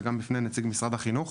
וגם בפני נציג משרד החינוך,